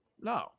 No